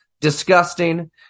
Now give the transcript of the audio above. disgusting